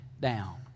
down